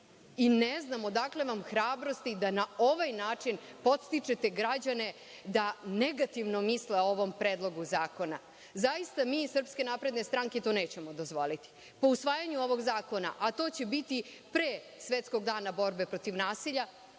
I ne znam odakle vam hrabrosti da na ovaj način podstičete građane da negativno misle o ovom Predlogu zakona. Zaista mi iz SNS to nećemo dozvoliti. Po usvajanju ovog zakona, a to će biti pre Svetskog dana borbe protiv nasilja,